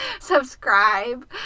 subscribe